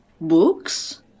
Books